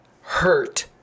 hurt